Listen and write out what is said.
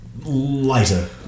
Later